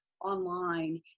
online